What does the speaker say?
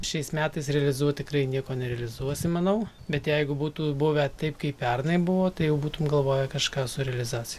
šiais metais realizuot tikrai nieko nerealizuosim manau bet jeigu būtų buvę taip kaip pernai buvo tai jau būtum galvoję kažką su realizacija